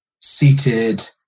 seated